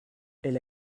elle